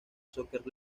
soccer